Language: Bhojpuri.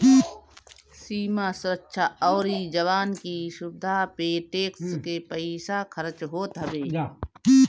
सीमा सुरक्षा अउरी जवान की सुविधा पे टेक्स के पईसा खरच होत हवे